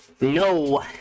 No